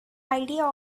idea